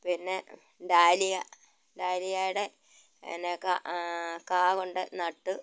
പിന്നെ ഡാലിയ ഡാലിയയുടെ കായ കൊണ്ട് നട്ടു